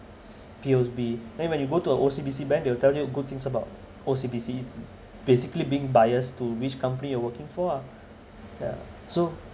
P_O_S_B then when you go to a O_C_B_C bank they'll tell you good things about O_C_B_Cs basically being bias to which company you're working for ah yeah so